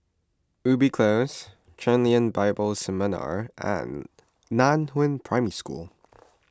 Ubi Close Chen Lien Bible Seminary and Nan Hua Primary School